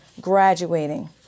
graduating